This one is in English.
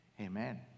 Amen